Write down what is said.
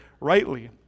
rightly